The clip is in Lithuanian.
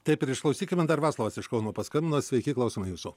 taip ir išklausykime dar vaclovas iš kauno paskambino sveiki klausome jūsų